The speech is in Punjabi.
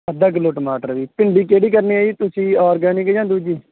ਅੱਧਾ ਕਿੱਲੋ ਟਮਾਟਰ ਵੀ ਭਿੰਡੀ ਕਿਹੜੀ ਕਰਨੀ ਆ ਜੀ ਤੁਸੀਂ ਔਰਗੈਨਿਕ ਜਾਂ ਦੂਜੀ